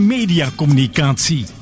Mediacommunicatie